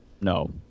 No